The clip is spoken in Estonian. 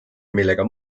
millega